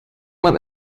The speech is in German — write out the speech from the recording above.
man